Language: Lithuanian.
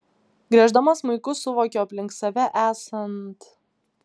grieždama smuiku suvokiu aplink save esant